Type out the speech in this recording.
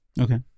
Okay